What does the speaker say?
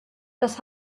das